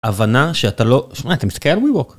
הבנה שאתה לא, שמע אתה מסתכל על wework